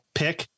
pick